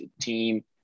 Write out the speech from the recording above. team